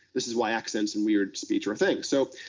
this is why accents and weird speech are a thing. so